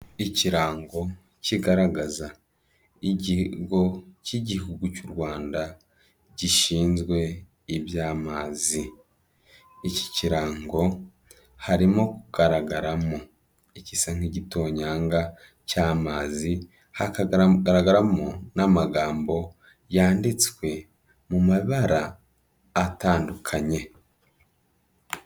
Ikirango kigaragaza ikigo cy'Igihugu cy'u Rwanda gishinzwe iby'amazi, iki kirango harimo kugaragaramo igisa nk'igitonyanga cy'amazi, hakagaragaramo n'amagambo yanditswe mu mabara atandukanye.